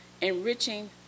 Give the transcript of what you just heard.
enriching